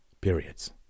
periods